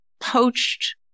poached